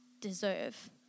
deserve